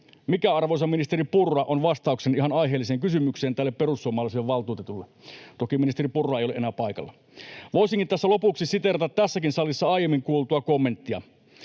mikä, arvoisa ministeri Purra, on vastauksenne ihan aiheelliseen kysymykseen tälle perussuomalaiselle valtuutetulle? — Toki ministeri Purra ei ole enää paikalla. Voisinkin tässä lopuksi siteerata tässäkin salissa aiemmin kuultua kommenttia: